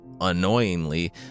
annoyingly